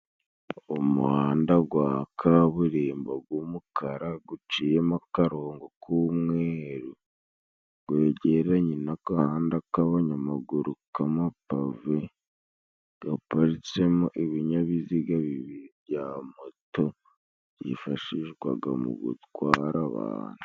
Umuhanda gwa kaburimbo g'umukara guciyemo akarongo k'umweru gwegeranye n'agahanda k'abanyamaguru k' amapave, gaparitsemo ibinyabiziga bibiri bya moto byifashishwaga mu gutwara abantu.